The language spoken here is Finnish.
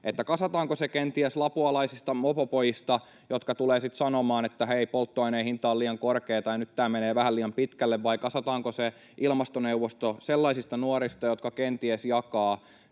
kasataanko se kenties lapualaisista mopopojista, jotka tulevat sitten sanomaan, että ”hei, polttoaineen hinta on liian korkea” tai ”nyt tämä menee vähän pitkälle”, vai kasataanko se ilmastoneuvosto sellaisista nuorista, jotka kenties jakavat